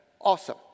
awesome